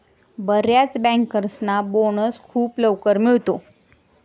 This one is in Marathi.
बर्याच बँकर्सना बोनस खूप लवकर मिळतो